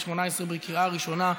התשע"ח 2018, בקריאה ראשונה.